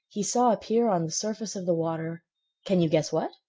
he saw appear on the surface of the water can you guess what?